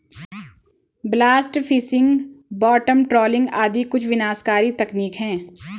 blast fishing, bottom trawling आदि कुछ विनाशकारी तकनीक है